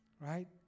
right